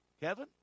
Kevin